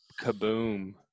kaboom